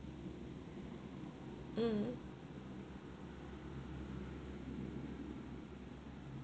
mm